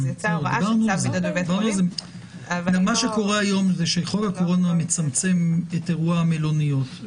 יצאה הוראה של צו- -- כיום חוק הקורונה מצמצם את אירוע המלוניות.